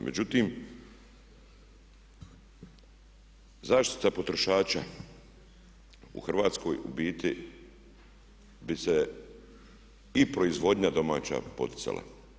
Međutim, zaštita potrošača u Hrvatskoj ubiti bi se i proizvodnja domaća poticala.